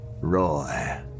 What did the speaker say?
Roy